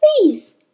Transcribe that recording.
please